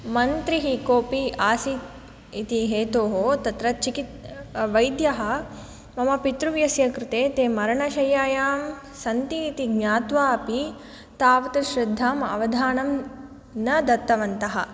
मन्त्रिः कोऽपि आसीत् इति हेतोः तत्र चिकित् वैद्यः मम पितृव्यस्य कृते ते मरणशय्यायां सन्ति इति ज्ञात्वापि तावत् श्रद्धाम् अवधानं न दत्तवन्तः